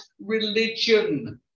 religion